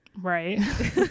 right